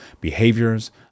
behaviors